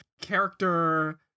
character